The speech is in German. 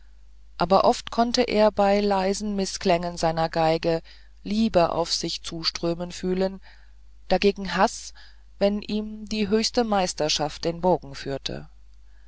aber oft konnte er bei leisen mißklängen seiner geige liebe auf sich zuströmen fühlen dagegen haß wenn ihm die höchste meisterschaft den bogen führte